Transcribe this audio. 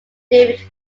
david